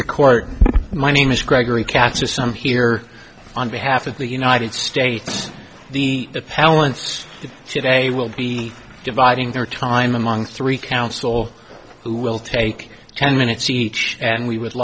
the court my name is gregory cats are some here on behalf of the united states the appellant's today will be dividing their time among three counsel who will take ten minutes each and we would